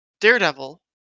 Daredevil